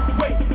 wait